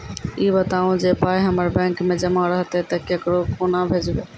ई बताऊ जे पाय हमर बैंक मे जमा रहतै तऽ ककरो कूना भेजबै?